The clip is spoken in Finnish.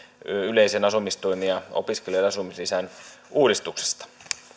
yleisen asumistuen ja opiskelijoiden asumislisän uudistuksesta